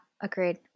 agreed